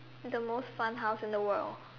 the most fun house in the world